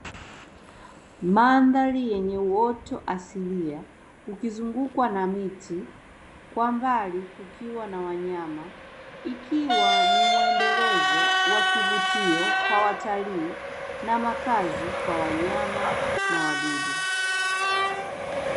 Mandhari yenye uoto asilia, ukizungukwa na miti kwa mbali kukiwa na wanyama ikiwa ni mwendelezo wa kivutio kwa watalii na makazi kwa wanyama na wadudu.